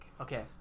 okay